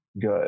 good